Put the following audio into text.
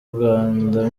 rwanda